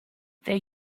there